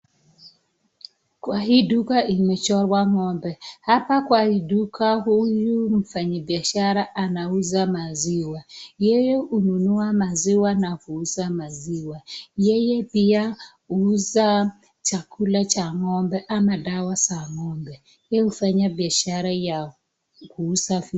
Kwa hii duka imechorwa ng'ombe. Hapa kwa hii duka huyu mfanyabiashara anauza maziwa. Yeye hununua maziwa na huuza maziwa yeye pia huuza chakula cha ng'ombe ama dawa za ng'ombe, yeye hufanya biashara ya kuuza vitu.